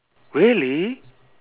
really